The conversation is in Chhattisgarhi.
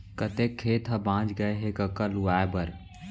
कतेक खेत ह बॉंच गय हे कका लुवाए बर?